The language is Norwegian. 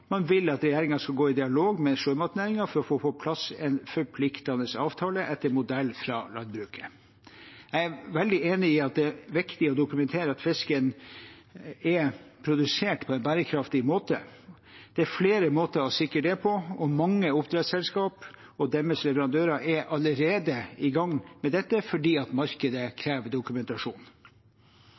skal gå i dialog med sjømatnæringen for å få på plass en forpliktende avtale, etter modell fra landbruket. Jeg er veldig enig i at det er viktig å dokumentere at fisken er produsert på en bærekraftig måte, og det er flere måter å sikre det på. Mange oppdrettsselskaper og deres leverandører er allerede i gang med dette fordi markedet krever dokumentasjon.